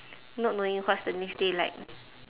not knowing what's the next day like